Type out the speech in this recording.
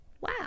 Wow